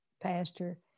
pastor